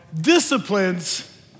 disciplines